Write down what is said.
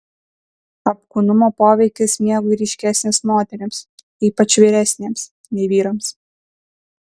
apkūnumo poveikis miegui ryškesnis moterims ypač vyresnėms nei vyrams